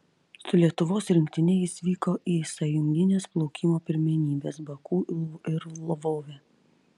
su lietuvos rinktine jis vyko į sąjungines plaukimo pirmenybes baku ir lvove